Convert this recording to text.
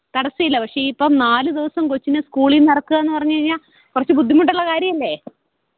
തടസ്സമില്ല പക്ഷേ ഇപ്പം നാല് ദിവസം കൊച്ചിനെ സ്കൂളീന്ന് ഇറക്കുകാന്നു പറഞ്ഞ് കഴിഞ്ഞാൽ കുറച്ച് ബുദ്ധിമുട്ടുള്ള കാര്യമല്ലേ